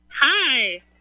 Hi